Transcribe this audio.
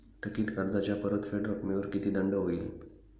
थकीत कर्जाच्या परतफेड रकमेवर किती दंड होईल?